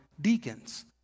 deacons